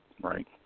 Right